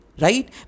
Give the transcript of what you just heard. Right